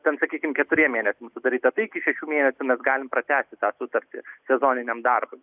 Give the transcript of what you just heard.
ten sakykim keturiem mėnesiam sudaryta tai iki šešių mėnesių mes galim pratęsti tą sutartį sezoniniam darbui